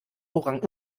orang